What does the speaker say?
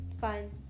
Fine